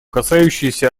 касающиеся